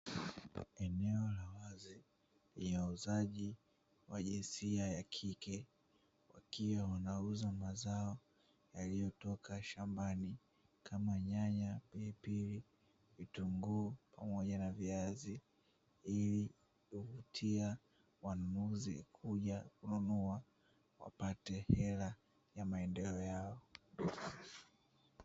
Eneo la wazi lenye wauzaji wa jinsia ya kike, wakiwa wanauza mazao yaliyotoka shambani kama:nyanya, pilipili, vitunguu pamoja na viazi, ili kuvutia wanunuzi kuja kununua ili wapate hela ya maendeleo yao.